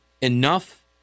enough